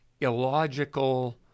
illogical